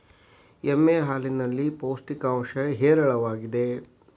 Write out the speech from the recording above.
ಎಮ್ಮೆ ಹಾಲಿನಲ್ಲಿ ಪೌಷ್ಟಿಕಾಂಶ ಹೇರಳವಾಗಿದೆ